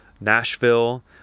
Nashville